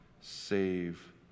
save